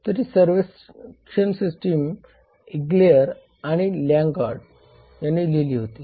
तर ही सर्व्क्शन सिस्टम इग्लयेर आणि ल्यांगार्ड यांनी लिहिली होती